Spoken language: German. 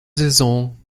saison